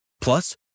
Plus